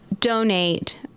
donate